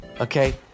okay